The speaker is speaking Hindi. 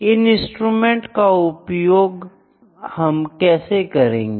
इन इंस्ट्रूमेंट का उपयोग हम कैसे करेंगे